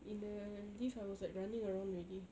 in the lift I was like running around already